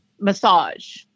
massage